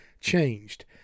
changed